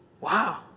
Wow